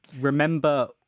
remember